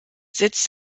sitz